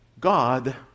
God